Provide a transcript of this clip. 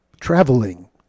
traveling